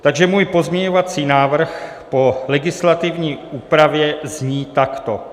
Takže můj pozměňovací návrh po legislativní úpravě zní takto.